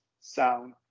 sound